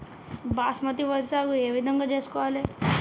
బాస్మతి వరి సాగు ఏ విధంగా చేసుకోవాలి?